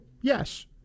Yes